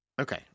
Okay